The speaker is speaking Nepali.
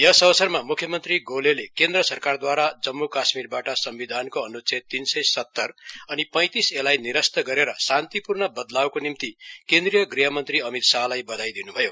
यस अवसरमा मुख्यमन्त्री गोलेले केन्द्र सरकारद्वारा जम्मू काश्मीरबाट संबिधानको अनुच्छेद तीन सय सतर अनि पैतीस ए लाई निरस्त गरेर शान्तिपूर्ण बदलावको निम्ति केन्द्रीय गृहमन्त्री अमित शाहलाई वधाई दिनुभयो